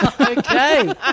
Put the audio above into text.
Okay